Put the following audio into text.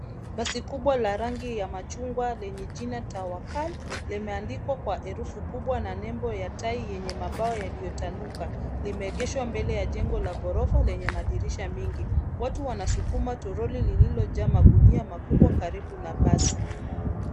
Basi kubwa la rangi ya machungwa lenye jina tawakal limeandikwa kwa herufi kubwa na nembo ya tai yenye mabawa yaliyotanuka limeegeshwa mbele ya jengo la ghorofa lenye madirisha mingi. Watu wanasukuma toroli lililojaa magunia makubwa karibu na basi.